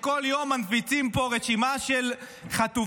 כשכל יום מפיצים פה רשימה של חטופים,